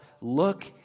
look